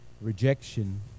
rejection